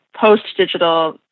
post-digital